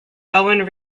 bowen